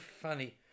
funny